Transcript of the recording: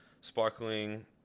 Sparkling